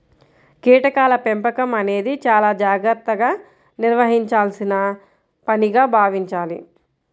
కీటకాల పెంపకం అనేది చాలా జాగర్తగా నిర్వహించాల్సిన పనిగా భావించాలి